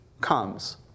comes